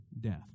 death